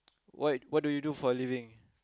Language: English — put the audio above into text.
what what do you do for a living